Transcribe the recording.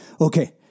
Okay